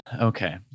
Okay